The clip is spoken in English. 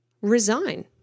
resign